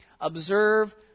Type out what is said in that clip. observe